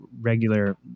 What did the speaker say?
regular